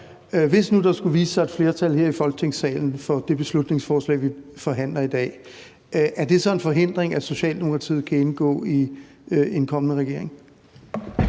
Hvis nu der skulle vise sig et flertal her i Folketingssalen for det beslutningsforslag, vi behandler i dag, er det så en forhindring for, at Socialdemokratiet kan indgå i en kommende regering?